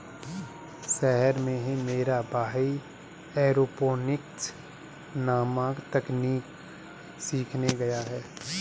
शहर में मेरा भाई एरोपोनिक्स नामक तकनीक सीखने गया है